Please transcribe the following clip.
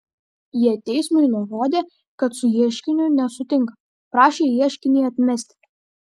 jie teismui nurodė kad su ieškiniu nesutinka prašė ieškinį atmesti